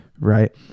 right